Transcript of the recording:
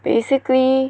basically